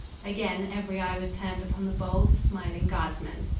again every eye was turned upon the bold, smiling guardsman.